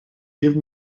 give